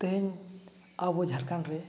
ᱛᱮᱦᱮᱧ ᱟᱵᱚ ᱡᱷᱟᱲᱠᱷᱚᱸᱰᱨᱮ